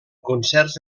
concerts